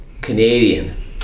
Canadian